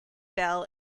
bell